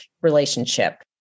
relationship